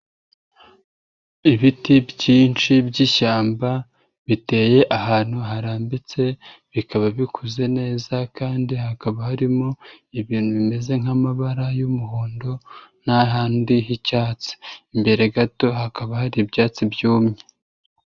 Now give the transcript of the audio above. Ibiti byinshi by'ishyamba biteye ahantu harambitse, bikaba bikuze neza kandi hakaba harimo ibintu bimeze nk'amabara y'umuhondo n'ahandi h'icyatsi, imbere gato hakaba hari ibyatsi byumye.